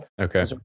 Okay